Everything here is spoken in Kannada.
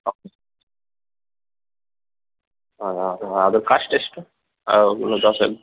ಹಾಂ ಹಾಂ ಅದು ಹಾಂ ಅದು ಕಾಶ್ಟ್ ಎಷ್ಟು ದೋಸೆದು